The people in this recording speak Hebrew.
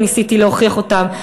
וניסיתי להוכיח אותם,